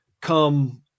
come